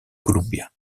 columbia